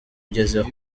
ugezeho